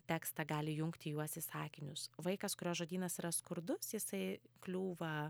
tekstą gali jungti juos į sakinius vaikas kurio žodynas yra skurdus jisai kliūva